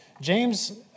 James